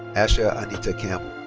asha anita campbell.